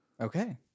okay